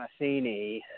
Massini